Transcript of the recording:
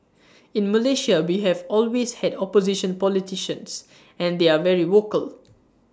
in Malaysia we have always had opposition politicians and they are very vocal